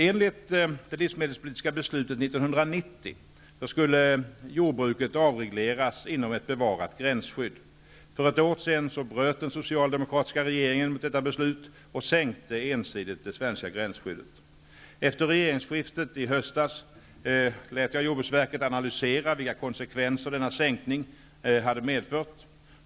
För ett år sedan bröt den socialdemokratiska regeringen mot detta beslut och sänkte ensidigt det svenska gränsskyddet. Efter regeringsskiftet i höstas lät jag jordbruksverket analysera vilka konsekvenser denna sänkning hade medfört.